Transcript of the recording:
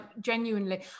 genuinely